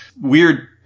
Weird